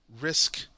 risk